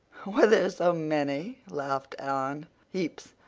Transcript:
were there so many? laughed anne. heaps.